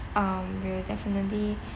um we'll definitely